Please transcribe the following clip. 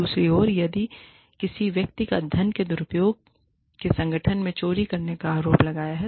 दूसरी ओर यदि किसी व्यक्ति पर धन के दुरुपयोग के संगठन से चोरी करने का आरोप लगाया गया है